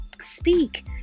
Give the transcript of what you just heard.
speak